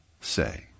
say